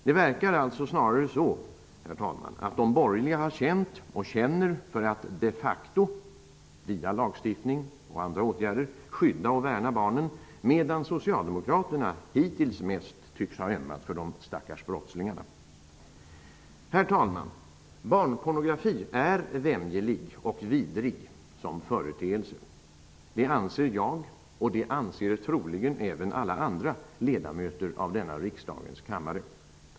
Det verkar alltså snarare så att de borgerliga har känt och känner för att de facto, via lagstiftning och andra åtgärder, skydda och värna om barnen, medan Socialdemokraterna hittills mest tycks ha ömmat för de ''stackars'' Herr talman! Barnpornografin är vämjelig och vidrig såsom företeelse. Det anser jag och troligen även alla andra ledamöter av denna riksdagens kammare.